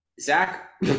Zach